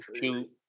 shoot